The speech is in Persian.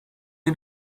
این